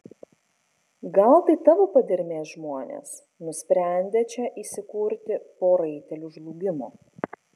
gal tai tavo padermės žmonės nusprendę čia įsikurti po raitelių žlugimo